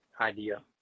idea